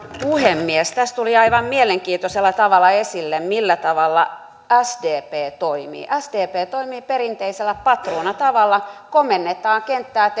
puhemies tässä tuli aivan mielenkiintoisella tavalla esille millä tavalla sdp toimii sdp toimii perinteisellä patruunan tavalla komennetaan kenttää